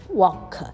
walk